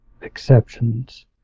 exceptions